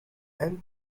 and